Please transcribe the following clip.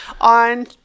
on